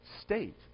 state